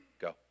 go